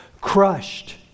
Crushed